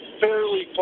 fairly